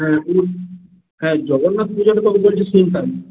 হ্যাঁ হ্যাঁ জগন্নাথ পূজোটা তো ওদের সেম টাইম